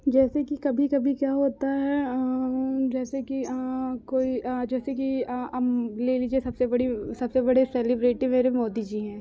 जैसे कि कभी कभी क्या होता है जैसे कि कोई कोई जैसे कि लेडीजें सबसे बड़ी सबसे बड़े सेलेब्रिटी मेरे मोदी जी हैं